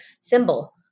symbol